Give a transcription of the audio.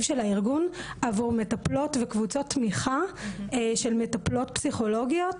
של הארגון עבור מטפלות וקבוצות תמיכה של מטפלות פסיכולוגיות